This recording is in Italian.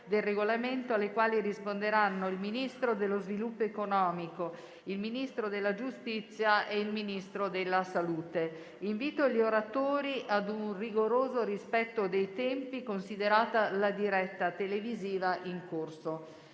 del Regolamento, alle quali risponderanno il Ministro dello sviluppo economico, il Ministro della giustizia e il Ministro della salute. Invito gli oratori ad un rigoroso rispetto dei tempi, considerata la diretta televisiva in corso.